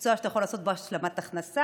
מקצוע שאתה יכול לעשות בו השלמת הכנסה,